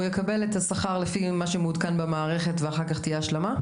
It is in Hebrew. הוא יקבל את השכר לפי מה שמעודכן במערכת ואחר כך תהיה השלמה?